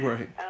Right